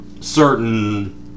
certain